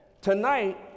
Tonight